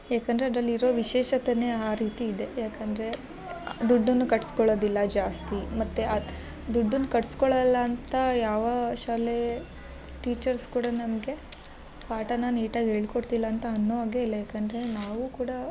ಏಕಂದರೆ ಅದ್ರಲ್ಲಿ ಇರೋ ವಿಶೇಷತೆನೆ ಆ ರೀತಿ ಇದೆ ಯಾಕೆಂದರೆ ದುಡ್ಡುನ್ನು ಕಟ್ಸ್ಕೊಳದಿಲ್ಲ ಜಾಸ್ತಿ ಮತ್ತು ಆ ದುಡ್ದುನ್ನ ಕಟ್ಸ್ಕೊಳಲ್ಲ ಅಂತ ಯಾವ ಶಾಲೆ ಟೀಚರ್ಸ್ ಕೂಡ ನಮಗೆ ಪಾಠನ ನೀಟಾಗಿ ಹೇಳ್ಕೊಡ್ತಿಲ್ಲ ಅಂತ ಅನ್ನೋ ಹಾಗೇ ಇಲ್ಲ ಏಕೆಂದ್ರೆ ನಾವು ಕೂಡ